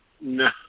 No